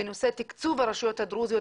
בנושא תקצוב הרשויות הדרוזיות,